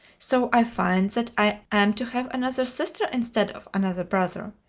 so i find that i am to have another sister instead of another brother.